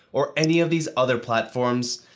or any of these other platforms,